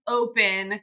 open